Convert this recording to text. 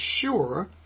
sure